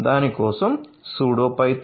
దాని కోసం "sudo Python